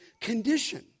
condition